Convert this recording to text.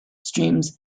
streams